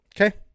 okay